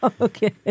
Okay